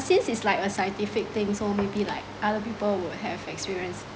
since it's like a scientific thing so maybe like other people will have experience